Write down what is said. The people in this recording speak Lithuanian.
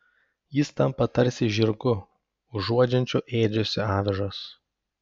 jis tampa tarsi žirgu užuodžiančiu ėdžiose avižas